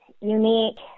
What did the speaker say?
unique